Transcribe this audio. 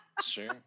sure